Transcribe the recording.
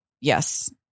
yes